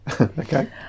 Okay